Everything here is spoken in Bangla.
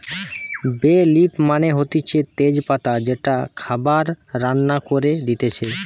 বে লিফ মানে হতিছে তেজ পাতা যেইটা খাবার রান্না করে দিতেছে